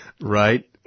right